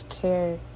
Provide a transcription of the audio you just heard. care